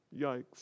Yikes